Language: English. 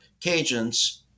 Cajuns